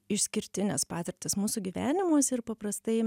išskirtinės patirtys mūsų gyvenimuose ir paprastai